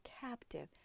captive